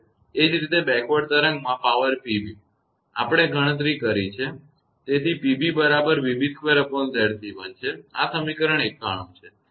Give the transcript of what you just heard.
એ જ રીતે બેકવર્ડ તરંગમાં પાવર 𝑃𝑏 આપણે ગણતરી કરી છે તેથી 𝑃𝑏 બરાબર 𝑣𝑏2𝑍𝑐1 છે આ સમીકરણ 91 છે